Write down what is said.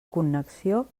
connexió